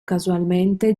casualmente